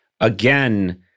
again